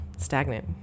stagnant